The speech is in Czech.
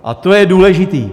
A to je důležité.